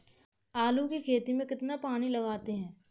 आलू की खेती में कितना पानी लगाते हैं?